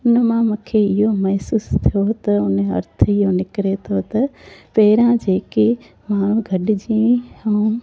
उनमां मूंखे इहो महसूसु थियो त उनजो अर्थ इहो निकिरे थो त पहिरां जेके माण्हूं गॾिजी ऐं